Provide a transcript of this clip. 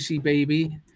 Baby